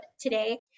today